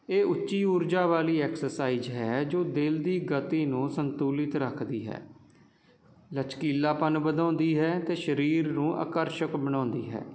ਇਹ ਉੱਚੀ ਊਰਜਾ ਵਾਲੀ ਐਕਸਰਸਾਈਜ ਹੈ ਜੋ ਦਿਲ ਦੀ ਗਤੀ ਨੂੰ ਸੰਤੁਲਿਤ ਰੱਖਦੀ ਹੈ ਲਚਕੀਲਾਪਨ ਵਧਾਉਂਦੀ ਹੈ ਅਤੇ ਸਰੀਰ ਨੂੰ ਆਕਰਸ਼ਕ ਬਣਾਉਂਦੀ ਹੈ